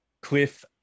Cliff